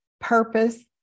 purpose